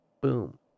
Boom